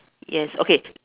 yes okay